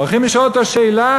הולכים לשאול אותו שאלה?